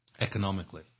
economically